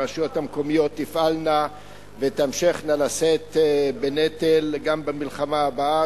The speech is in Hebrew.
הרשויות המקומיות תפעלנה ותמשכנה לשאת בנטל גם במלחמה הבאה,